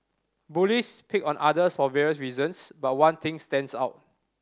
bullies pick on others for various reasons but one thing stands out